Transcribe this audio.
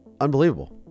unbelievable